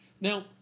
Now